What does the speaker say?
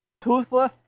Toothless